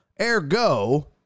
ergo